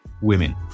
women